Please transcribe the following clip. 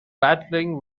battling